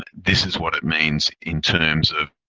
this is what it means in terms of